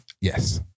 yes